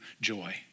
joy